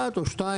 אחת או שתיים,